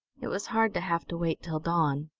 it was hard to have to wait till dawn.